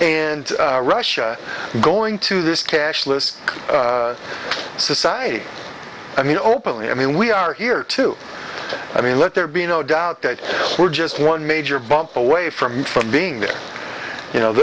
and russia going to this cashless society i mean openly i mean we are here to i mean let there be no doubt that we're just one major bump away from from being there you know